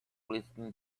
listen